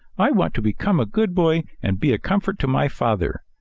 i want to become a good boy and be a comfort to my father.